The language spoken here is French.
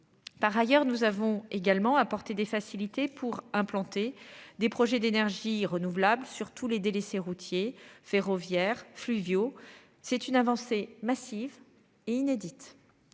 Par ailleurs, nous avons également apporter des facilités pour implanter des projets d'énergies renouvelables sur tous les délaissés routiers, ferroviaires, fluviaux. C'est une avancée massive et inédite.